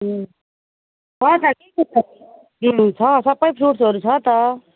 उम् छ छ के के चाहियो लिनु छ सबै फ्रुट्सहरू छ त